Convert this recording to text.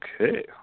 Okay